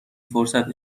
فرصت